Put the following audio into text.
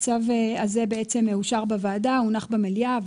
הצו הזה אושר בוועדה והונח במליאה,